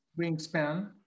Wingspan